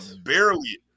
Barely